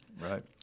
Right